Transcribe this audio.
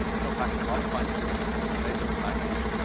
so it packs a lot of punch into a nice little package,